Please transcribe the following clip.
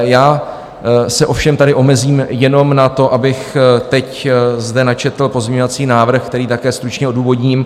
Já se ovšem tady omezím jenom na to, abych teď zde načetl pozměňovací návrh, který také stručně odůvodním.